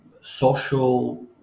social